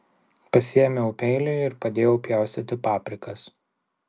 pasiėmiau peilį ir padėjau pjaustyti paprikas